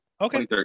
okay